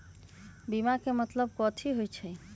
बीमा के मतलब कथी होई छई?